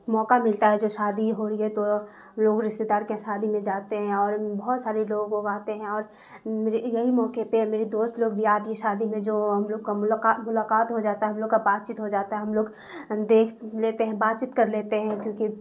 موقع ملتا ہے جو شادی ہو رہی ہے تو ہم لوگ رشتے دار کے یہاں شادی میں جاتے ہیں اور بہت سارے لوگ ووگ آتے ہیں اور میرے یہی موقعے پہ میری دوست لوگ بھی آتی ہے شادی میں جو ہم لوگ کا ملاقات ہو جاتا ہے ہم لوگ کا بات چیت ہو جاتا ہے ہم لوگ دیکھ لیتے ہیں بات چیت کر لیتے ہیں کیونکہ